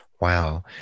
Wow